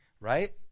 Right